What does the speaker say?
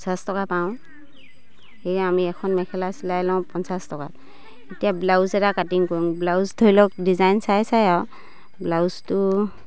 পঞ্চাছ টকা পাওঁ সেয়ে আমি এখন মেখেলা চিলাই লওঁ পঞ্চাছ টকাত এতিয়া ব্লাউজ এটা কাটিং কৰোঁ ব্লাউজ ধৰি লওক ডিজাইন চাই চাই আৰু ব্লাউজটো